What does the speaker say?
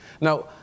Now